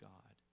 God